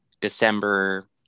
December